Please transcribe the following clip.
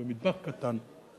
ומטבח קטן.